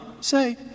say